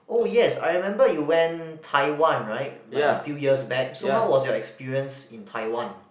oh yes I remember you went Taiwan right like a few years back so how was your experience in Taiwan